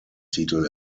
titel